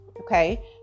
Okay